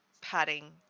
padding